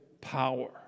power